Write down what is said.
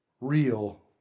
Real